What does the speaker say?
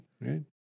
right